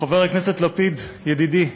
חבר הכנסת לפיד, ידידי,